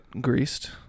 greased